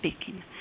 speaking